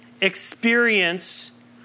experience